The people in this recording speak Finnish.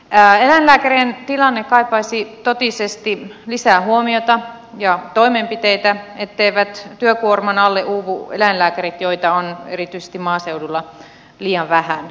eläinlääkärien tilanne kaipaisi totisesti lisää huomiota ja toimenpiteitä etteivät työkuorman alle uuvu eläinlääkärit joita on erityisesti maaseudulla liian vähän